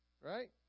Right